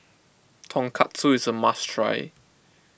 Tonkatsu is a must try